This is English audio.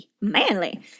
Manly